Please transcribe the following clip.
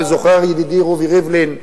וזוכר ידידי רובי ריבלין,